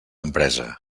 empresa